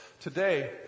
today